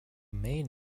main